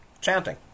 chanting